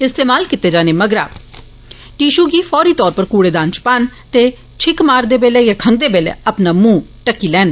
इस्तेमाल कीते जाने मगरा टीशू गी फौरी तौर उप्पर कूडेदान इच पान ते छिक्क मारदे या खंगदे बेल्लै अपना मुंह ठक्की लैन